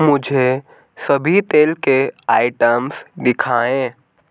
मुझे सभी तेल के आइटम्स दिखाएँ